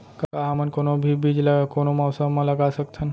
का हमन कोनो भी बीज ला कोनो मौसम म लगा सकथन?